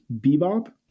bebop